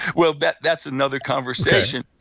well, but that's another conversation.